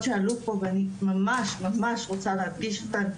שעלו פה ואני ממש ממש רוצה להדגיש אותם,